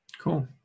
cool